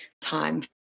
time